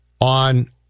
on